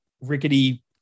rickety